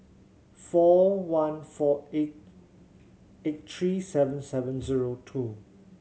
four one four eight eight three seven seven zero two